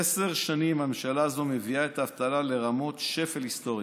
עשר שנים הממשלה הזאת מביאה את האבטלה לרמות שפל היסטוריות.